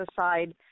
aside